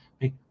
Make